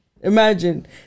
Imagine